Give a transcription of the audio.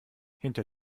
hinter